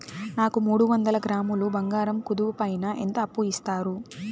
నాకు మూడు వందల గ్రాములు బంగారం కుదువు పైన ఎంత అప్పు ఇస్తారు?